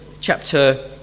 chapter